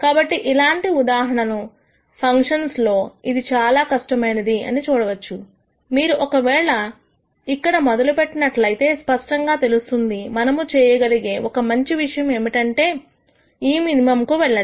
కాబట్టి ఇలాంటి ఉదాహరణ ఫంక్షన్స్ లో ఇది చాలా కష్టమైనది అని చూడవచ్చు మీరు ఒకవేళ ఇక్కడ మొదలు పెట్టినట్లయితే స్పష్టంగా తెలుస్తుంది మనము చేయగలిగే ఒక మంచి విషయం ఏమిటంటే ఈ మినిమంకు వెళ్లడం